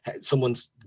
someone's